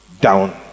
down